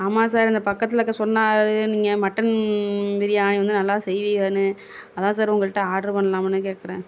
ஆமாம் சார் இந்த பக்கத்தில் இருக்க சொன்னார் நீங்கள் மட்டன் பிரியாணி வந்து நல்லா செய்வீங்கன்னு அதுதான் சார் உங்கள்கிட்ட ஆடரு பண்ணலாம்னு கேட்குறேன்